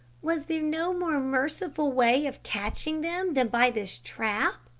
was there no more merciful way of catching them than by this trap?